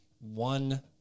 one